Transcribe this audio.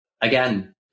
again